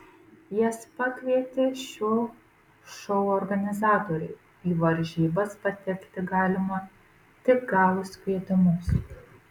jas pakvietė šio šou organizatoriai į varžybas patekti galima tik gavus kvietimus